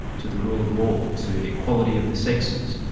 to the rule of law, to equality of the sexes,